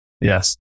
Yes